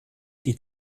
die